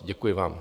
Děkuji vám.